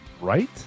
Right